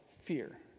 fear